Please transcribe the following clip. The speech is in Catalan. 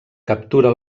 captura